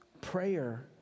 prayer